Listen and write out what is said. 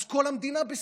כל המדינה בסגר.